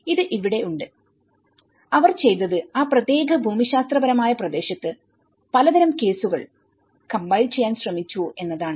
ഇത് ഇവിടെയുണ്ട് അവർ ചെയ്തത് ആ പ്രത്യേക ഭൂമിശാസ്ത്രപരമായ പ്രദേശത്ത് പലതരം കേസുകൾ കംപൈൽ ചെയ്യാൻ ശ്രമിച്ചു എന്നതാണ്